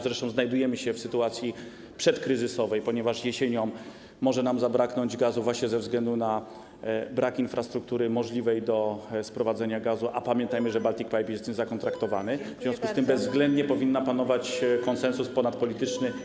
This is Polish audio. Zresztą znajdujemy się w sytuacji przedkryzysowej, ponieważ jesienią może nam zabraknąć gazu właśnie ze względu na brak infrastruktury możliwej do sprowadzenia gazu, a pamiętajmy, że Baltic Pipe jest niezakontraktowany, w związku z tym bezwzględnie powinien panować konsensus ponadpolityczny.